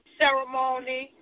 ceremony